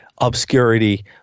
obscurity